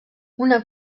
una